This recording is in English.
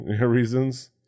reasons